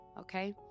Okay